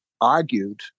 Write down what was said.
argued